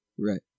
Right